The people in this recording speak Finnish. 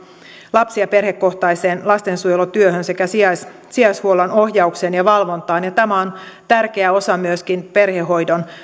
lapsi ja perhekohtaiseen lastensuojelutyöhön sekä sijaishuollon ohjaukseen ja valvontaan tämä on myöskin tärkeä osa perhehoidon